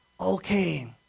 okay